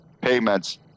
payments